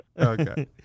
Okay